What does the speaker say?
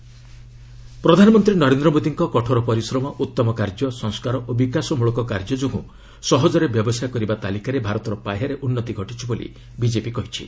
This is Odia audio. ବିଜେପି ପାତ୍ର ପ୍ରଧାନମନ୍ତ୍ରୀ ନରେନ୍ଦ୍ର ମୋଦିଙ୍କର କଠୋର ପରିଶ୍ରମ ଉତ୍ତମ କାର୍ଯ୍ୟ ସଂସ୍କାର ଓ ବିକାଶମଳକ କାର୍ଯ୍ୟ ଯୋଗୁଁ ସହଜରେ ବ୍ୟବସାୟ କରିବା ତାଲିକାରେ ଭାରତର ପାହ୍ୟାରେ ଉନ୍ନତି ଘଟିଛି ବୋଲି ବିକେପି କହିଛି